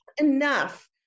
enough